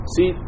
See